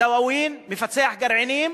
"דאווין", מפצח גרעינים,